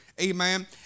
amen